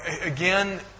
again